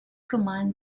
command